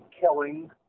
killing